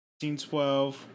1912